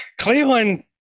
Cleveland